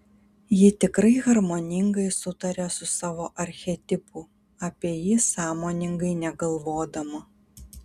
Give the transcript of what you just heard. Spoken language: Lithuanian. ji tikrai harmoningai sutaria su savo archetipu apie jį sąmoningai negalvodama